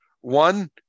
One